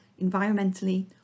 environmentally